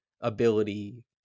ability